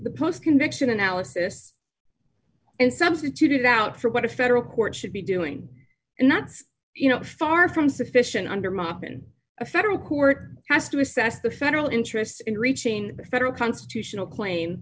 the post conviction analysis and substituted out for what a federal court should be doing and that's you know far from sufficient under mob in a federal court has to assess the federal interest in reaching a federal constitutional cla